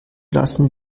lassen